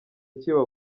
kiba